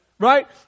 Right